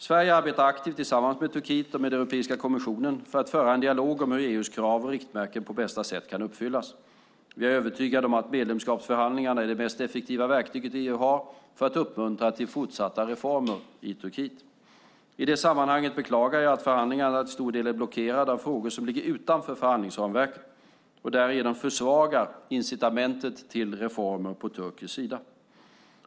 Sverige arbetar aktivt tillsammans med Turkiet och med Europeiska kommissionen för att föra en dialog om hur EU:s krav och riktmärken på bästa sätt kan uppfyllas. Vi är övertygade om att medlemskapsförhandlingarna är det mest effektiva verktyg EU har för att uppmuntra till fortsatta reformer i Turkiet. I det sammanhanget beklagar jag att förhandlingarna till stor del är blockerade av frågor som ligger utanför förhandlingsramverket och därigenom försvagar incitamentet till reformer på turkisk sida.